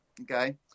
okay